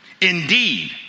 Indeed